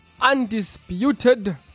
undisputed